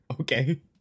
Okay